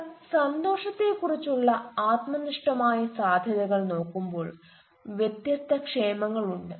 എന്നാൽ സന്തോഷത്തെക്കുറിച്ചുള്ള ആത്മനിഷ്ഠമായ സാധ്യതകൾ നോക്കുമ്പോൾ വ്യത്യസ്ത ക്ഷേമങ്ങൾ ഉണ്ട്